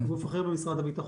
זה גוף אחר במשרד הביטחון.